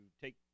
take